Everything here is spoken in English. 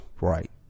Right